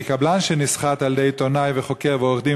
כי קבלן שנסחט על-ידי עיתונאי וחוקר ועורך-דין